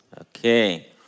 okay